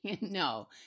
No